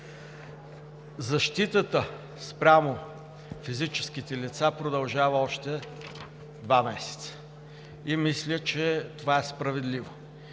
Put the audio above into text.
Защитата спрямо физическите лица продължава още два месеца и мисля, че това е справедливо